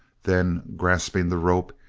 then, grasping the rope,